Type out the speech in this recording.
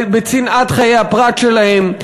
בצנעת חיי הפרט שלהם.